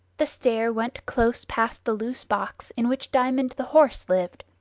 the stair went close past the loose-box in which diamond the horse lived.